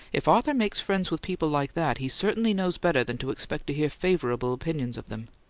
if arthur makes friends with people like that, he certainly knows better than to expect to hear favourable opinions of them.